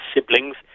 siblings